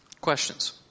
Questions